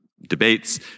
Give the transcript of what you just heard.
debates